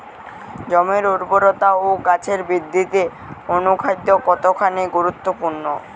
জমির উর্বরতা ও গাছের বৃদ্ধিতে অনুখাদ্য কতখানি গুরুত্বপূর্ণ?